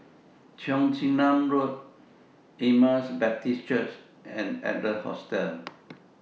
Cheong Chin Nam Road Emmaus Baptist Church and Adler Hostel